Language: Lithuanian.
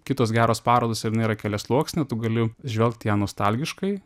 kitos geros parodos jin yra keliasluoksnė tu gali žvelgt į ją nostalgiškai